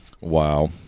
Wow